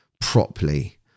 properly